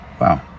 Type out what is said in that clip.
Wow